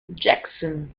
jackson